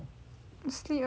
sleep early